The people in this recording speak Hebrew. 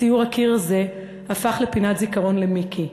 ציור הקיר הזה הפך לפינת זיכרון למיקי,